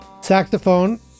Saxophone